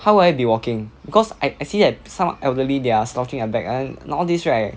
how will I be walking because I I see that some elderly they are slouching their back and all these right